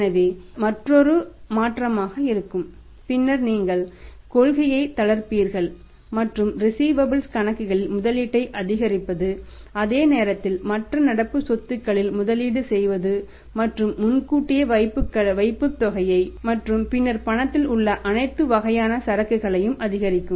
எனவே இது மற்றொரு மாற்றமாக இருக்கும் பின்னர் நீங்கள் கொள்கையை தளர்ப்பீர்கள் மற்றும் ரிஸீவபல்ஸ் கணக்குகளில் முதலீட்டை அதிகரிப்பது அதே நேரத்தில் மற்ற நடப்பு சொத்துக்களில் முதலீடு செய்வது மற்றும் முன்கூட்டியே வைப்புத்தொகை மற்றும் பின்னர் பணத்தில் உள்ள அனைத்து வகையான சரக்குகளையும் அதிகரிக்கும்